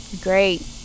great